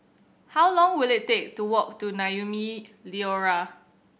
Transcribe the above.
how long will it take to walk to Naumi Liora